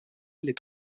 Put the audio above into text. les